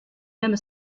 même